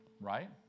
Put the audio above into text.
right